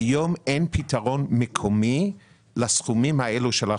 אין פתרון מקומי לסכומים האלה של החוק.